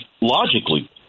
logically